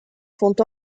font